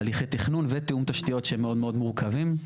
הליכי תכנון ותיאום תשתיות שהם מאוד מאוד מורכבים.